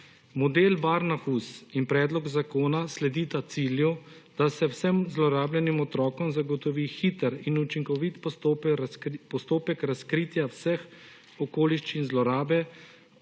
Model Barnahus in predlog zakona sledita cilju, da se vsem zlorabljenim otrokom zagotovi hiter in učinkovit postopek razkritja vseh okoliščin zlorabe.